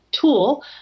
tool